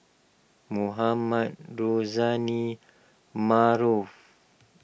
Mohamed Rozani Maarof